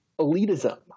elitism